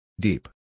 Deep